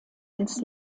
ins